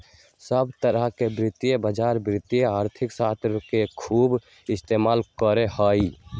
सब तरह के वित्तीय बाजार वित्तीय अर्थशास्त्र के खूब इस्तेमाल करा हई